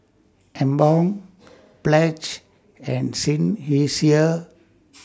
Emborg Pledge and Seinheiser